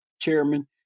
chairman